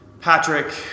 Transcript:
Patrick